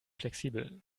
flexibel